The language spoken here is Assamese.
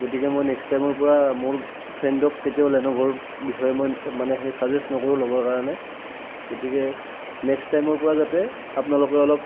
গতিকে মই নেক্সট টাইমৰ পৰা মোৰ ফ্ৰেণ্ডক কেতিয়াও লেন'ভৰ বিষয়ে মই মানে হেই চেজেষ্ট নকৰোঁ ল'বৰ কাৰণে গতিকে নেক্সট টাইমৰ পৰা যাতে আপোনালোকে অলপ